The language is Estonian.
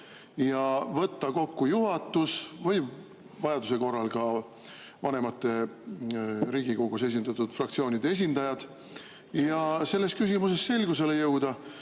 ja võtta kokku juhatus, vajaduse korral ka vanematekogu, Riigikogus esindatud fraktsioonide esindajad, ja selles küsimuses selgusele jõuda,